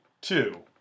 two